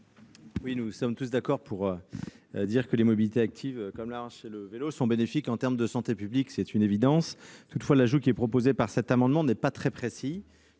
? Nous sommes tous d'accord pour dire que les mobilités actives, comme la marche ou le vélo, sont bénéfiques en termes de santé publique. C'est une évidence. Toutefois, l'ajout proposé par le biais de cet amendement n'est pas très précis,